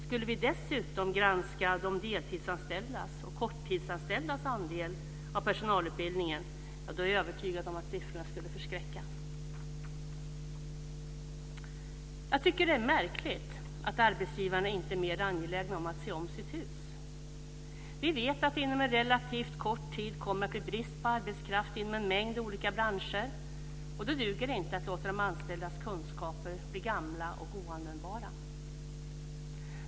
Skulle vi dessutom granska de deltidsanställdas och korttidsanställdas andel av personalutbildningen så är jag övertygad om att siffrorna skulle förskräcka. Jag tycker att det är märkligt att arbetsgivarna inte är mer angelägna om att se om sitt hus. Vi vet att det inom en relativt kort tid kommer att bli brist på arbetskraft inom en mängd olika branscher. Då duger det inte att låta de anställdas kunskaper bli gamla och oanvändbara.